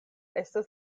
estas